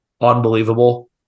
unbelievable